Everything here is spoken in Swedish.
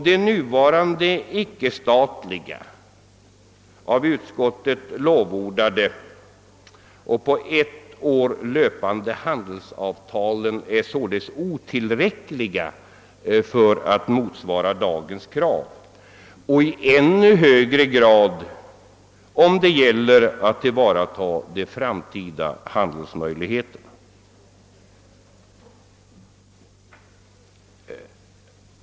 De nuvarande och av utskottet lovordade icke-statliga — på ett år löpande — handelsavtalen är således icke tillräckliga för att motsvara dagens krav och i ännu mindre grad när det gäller att tillvarata de framtida handelsmöjligheterna.